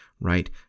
right